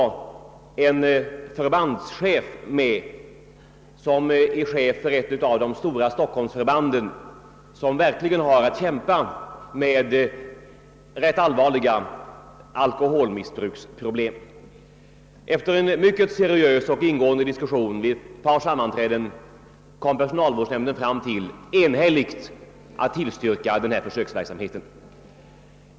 Med i nämnden är också chefen för ett av de stora stockholmsförband, som verkligen har att kämpa med allvarliga alkoholmissbruksproblem. Efter en mycket seriös och ingående diskussion vid ett par sammanträden kom personalvårdsnämnden fram till att enhälligt tillstyrka ifrågavarande försöksverksamhet.